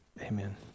Amen